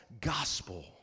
gospel